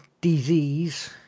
disease